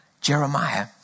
Jeremiah